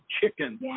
chicken